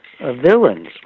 villains